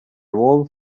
whole